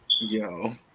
Yo